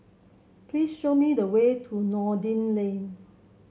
please show me the way to Noordin Lane